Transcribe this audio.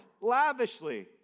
lavishly